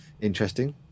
interesting